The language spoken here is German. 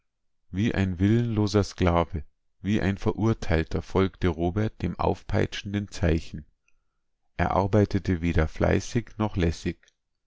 wie ein willenloser sklave wie ein verurteilter folgte robert dem aufpeitschenden zeichen er arbeitete weder fleißig noch lässig